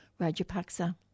Rajapaksa